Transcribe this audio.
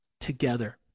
together